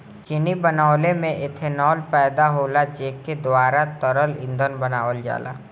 चीनी बनवले में एथनाल पैदा होला जेकरे द्वारा तरल ईंधन बनावल जाला